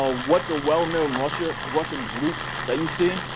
ah what's a well-known russian russian group that you see?